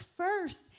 first